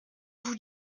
vous